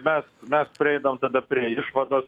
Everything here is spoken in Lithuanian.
mes mes prieinam tada prie išvados